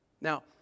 Now